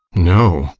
no,